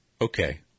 okay